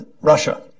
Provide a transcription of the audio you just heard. Russia